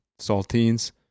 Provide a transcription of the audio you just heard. saltines